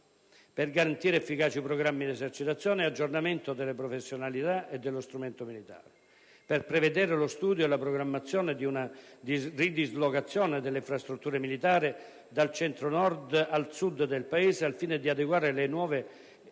per garantire efficaci programmi di esercitazione e aggiornamento delle professionalità e dello strumento militare; per prevedere lo studio e la programmazione di una ridislocazione delle infrastrutture militari, dal Centro-Nord al Sud del Paese, al fine di adeguare le nuove